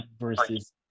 versus